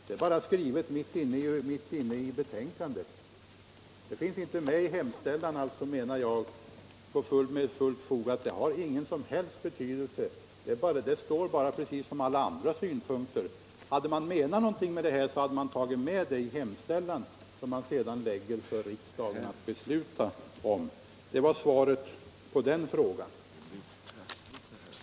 Det är bara skrivet mitt inne i betänkandet. Jag menar alltså med fullt fog att det inte har någon som helst betydelse. Det står där bara som vilken annan synpunkt som helst. Hade man menat något med detta, hade man tagit med det i hemställan, som man framlägger för riksdagen att besluta om. Det var svaret på den frågan.